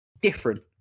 different